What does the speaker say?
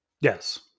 Yes